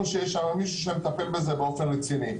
שיש שם מישהו שמטפל בזה באופן רציני.